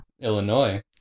Illinois